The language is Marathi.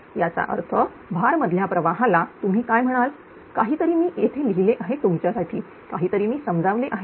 तर याचा अर्थ भार मधल्या प्रवाहाला तुम्ही काय म्हणाल काहीतरी मी येथे लिहिले आहे तुमच्यासाठी काहीतरी मी समजावले आहे